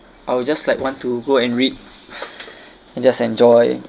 I will just like want to go and read and just enjoy